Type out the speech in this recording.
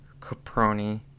Caproni